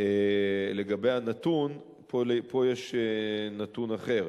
לגבי הנתון, פה יש נתון אחר.